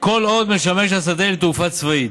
כל עוד משמש השדה לתעופה צבאית.